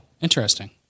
interesting